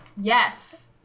Yes